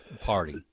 party